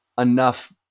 enough